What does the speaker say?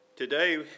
Today